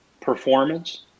performance